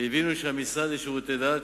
והבינו שהמשרד לשירותי דת,